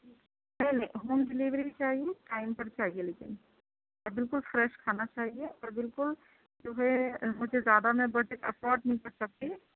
نہیں نہیں home delivery بھی چاہیے ٹائم پر چاہیے لیکن اور بالکل فریش کھانا چاہیے اور بالکل جو ہے مجھے زیادہ میں بجٹ افورڈ نہیں کر سکتی